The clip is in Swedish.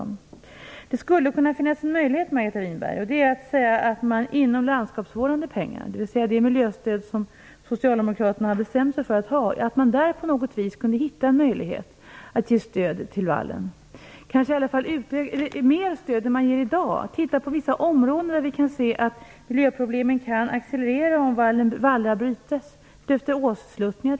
Det skulle, Margareta Winberg, kunna finnas en möjlighet här, nämligen att säga att man inom ramen för landskapsvårdande pengar - det miljöstöd som Socialdemokraterna bestämt sig för att ha - på något vis kunde hitta ett sätt att ge mera stöd än som i dag ges till vallen. Man kunde titta på vissa områden där miljöproblemen kan väntas accelerera om vallar bryts, t.ex. utefter åssluttningar.